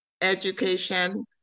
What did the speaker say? education